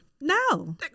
No